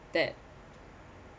that